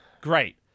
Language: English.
Great